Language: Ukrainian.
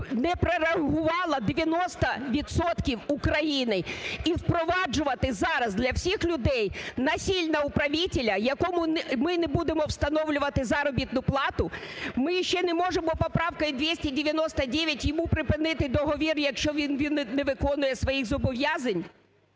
не прореагувало 90 відсотків України і впроваджувати зараз для всіх людей насильно управителя, якому ми не будемо встановлювати заробітну плату, ми й ще не можемо поправкою 299 йому припинити договір, якщо він не виконує своїх зобов'язань,